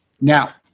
Now